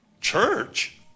Church